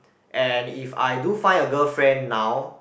and if I do find a girlfriend now